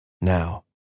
now